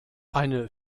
eine